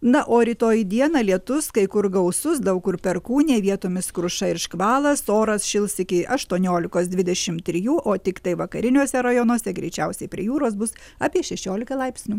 na o rytoj dieną lietus kai kur gausus daug kur perkūnija vietomis kruša ir škvalas oras šils iki aštuoniolikos dvidešim trijų o tiktai vakariniuose rajonuose greičiausiai prie jūros bus apie šešiolika laipsnių